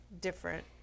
different